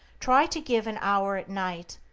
try to give an hour at night,